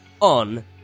on